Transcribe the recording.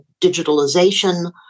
digitalization